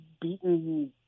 beaten